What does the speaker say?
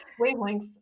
wavelengths